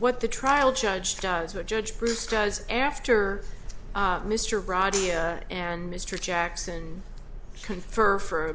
what the trial judge does what judge bruce does after mr rogers and mr jackson confer for a